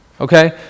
Okay